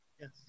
Yes